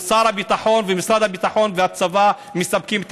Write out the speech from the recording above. שר הביטחון ומשרד הביטחון והצבא מספקים את